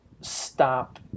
stop